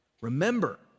Remember